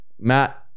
Matt